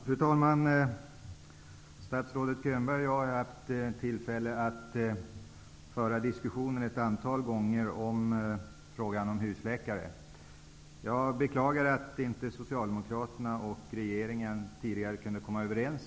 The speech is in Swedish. Fru talman! Statsrådet Könberg och jag har haft tillfälle att ett antal gånger diskutera frågan om husläkare. Jag beklagar att Socialdemokraterna och regeringen inte kunde komma överens.